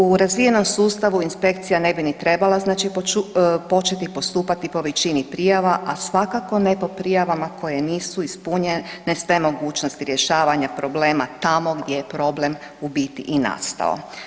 U razvijenom sustavu inspekcija ne bi ni trebala početi postupati po većini prijava, a svakako ne po prijavama koje nisu … na sve mogućnosti rješavanja problema tamo gdje je problem u biti i nastao.